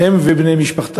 תורמים למדינה, הם ובני משפחתם,